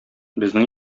безнең